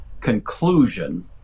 conclusion